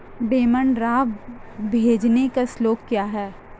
Demand draft भेजने का शुल्क क्या है?